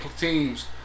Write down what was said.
teams